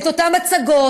את אותן הצגות,